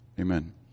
Amen